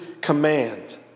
command